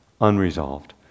unresolved